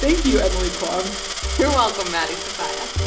thank you, emily kwong you're welcome, maddie sofia